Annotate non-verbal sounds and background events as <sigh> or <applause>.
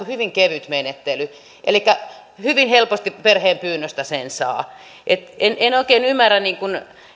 <unintelligible> hyvin kevyt menettely elikkä hyvin helposti perheen pyynnöstä sen saa en en oikein ymmärrä